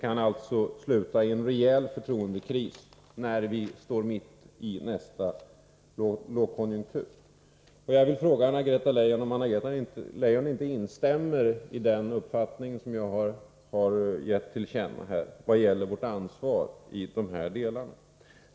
Det kan alltså sluta i en rejäl förtroendekris när vi står mitt i nästa lågkonjunktur. » Jag vill fråga Anna-Greta Leijon om hon inte instämmer i den uppfattning som jag har gett till känna vad gäller vårt ansvar i de här delarna.